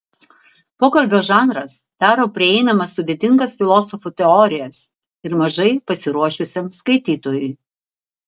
pokalbio žanras daro prieinamas sudėtingas filosofų teorijas ir mažai pasiruošusiam skaitytojui